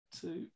Two